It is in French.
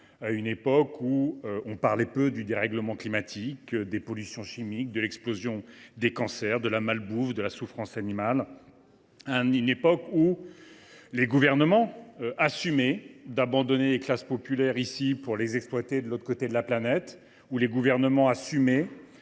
à une époque où l’on parlait peu du dérèglement climatique, des pollutions chimiques, de l’explosion des cancers, de la malbouffe ou encore de la souffrance animale. Il a été conçu à une époque où les gouvernements assumaient d’abandonner les classes populaires ici pour les exploiter là bas, de l’autre côté de la planète, et assumaient